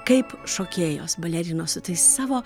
kaip šokėjos balerinos su tais savo